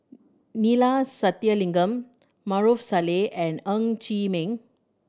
Neila Sathyalingam Maarof Salleh and Ng Chee Meng